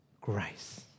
Grace